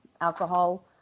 alcohol